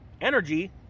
energy